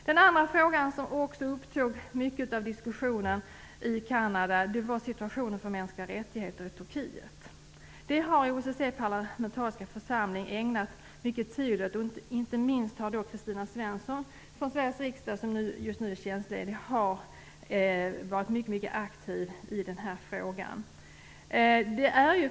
Den andra frågan som upptog mycket av diskussionen i Kanada var situationen för mänskliga rättigheter i Turkiet. OSSE:s parlamentariska församling har ägnat mycket tid åt detta. Inte minst har Kristina Svensson från Sveriges riksdag, som just nu är tjänstledig, varit mycket aktiv i denna fråga.